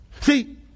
See